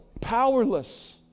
powerless